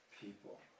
people